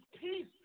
peace